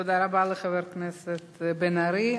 תודה רבה לחבר הכנסת בן-ארי.